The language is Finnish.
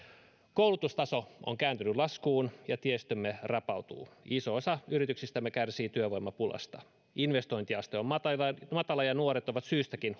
koulutustaso on kääntynyt laskuun ja tiestömme rapautuu iso osa yrityksistämme kärsii työvoimapulasta investointiaste on matala matala ja nuoret ovat syystäkin